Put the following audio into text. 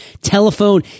telephone